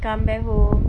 come back home